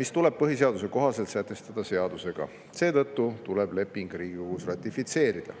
mis tuleb põhiseaduse kohaselt sätestada seadusega. Seetõttu tuleb leping Riigikogus ratifitseerida.